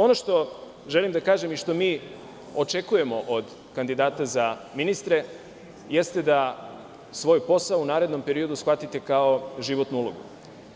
Ono što želim da kažem i što mi očekujemo od kandidata za ministre jeste da svoj posao u narednom periodu shvatite kao životnu ulogu,